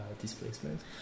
displacement